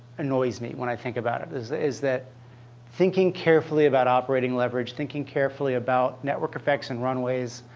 annoys me when i think about it, is is that thinking carefully about operating leverage, thinking carefully about network effects and runways,